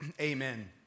Amen